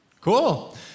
cool